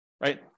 right